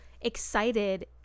excited